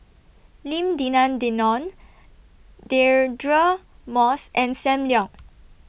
Lim Denan Denon Deirdre Moss and SAM Leong